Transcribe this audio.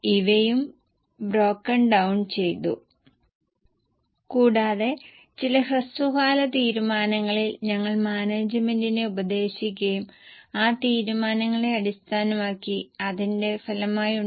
ഇപ്പോൾ കമ്പനി 1979 ൽ ജയ്പൂരിൽ ബാംഗൂർ കുടുംബം പ്രമോട്ട് ചെയ്തു സിമന്റ് കപ്പാസിറ്റി സ്ഥലങ്ങൾ പുതിയ പ്രോജക്ടുകൾ ഒന്നിലധികം ബ്രാൻഡുകൾ എന്നിവയെക്കുറിച്ചുള്ള ചില വിവരങ്ങൾ നൽകിയിരിക്കുന്നു